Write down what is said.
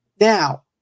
now